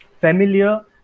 familiar